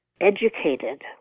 educated